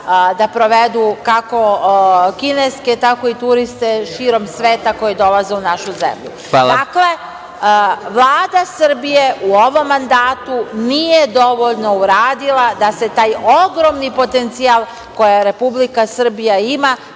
da provedu kako kineske, tako i turiste širom sveta koji dolaze u našu zemlju?(Predsedavajući: Hvala.)Dakle, Vlada Srbije u ovom mandatu nije dovoljno uradila da se taj ogromni potencijal, koje Republika Srbija ima